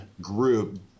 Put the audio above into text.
group